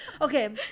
Okay